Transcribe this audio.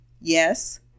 yes